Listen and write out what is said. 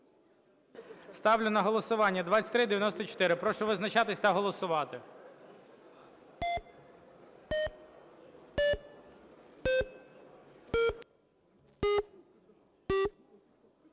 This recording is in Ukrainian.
Ставлю на голосування 2403. Прошу визначатись та голосувати.